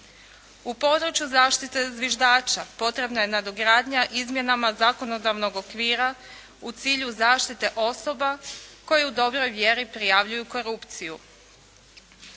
U području zaštite zviždača potrebna je nadogradnja izmjenama zakonodavnog okvira u cilju zaštite osoba koje u dobroj vjeru prijavljuju korupciju